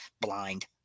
blind